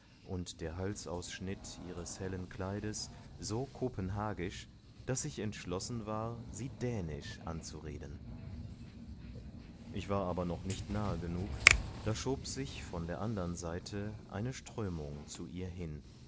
und der halsausschnitt ihres hellen kleides so kopenhagisch daß ich entschlossen war sie dänisch anzureden ich war aber noch nicht nahe genug da schob sich von der andern seite eine strömung zu ihr hin